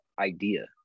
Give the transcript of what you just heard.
idea